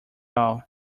all